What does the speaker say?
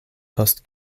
post